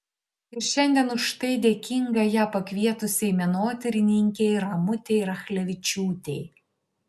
ir šiandien už tai dėkinga ją pakvietusiai menotyrininkei ramutei rachlevičiūtei